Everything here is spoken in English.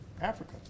Africa